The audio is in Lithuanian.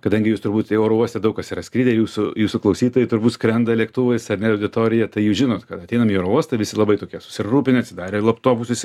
kadangi jūs turbūt į oro uostą daug kas yra skridę jūsų jūsų klausytojai turbūt skrenda lėktuvais ar ne auditorija tai jūs žinot kad ateinam į aerouostą visi labai tokie susirūpinę atsidarę laptopus